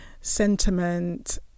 sentiment